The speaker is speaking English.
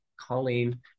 Colleen